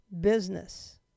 business